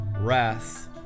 wrath